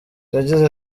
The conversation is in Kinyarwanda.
yagize